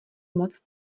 moc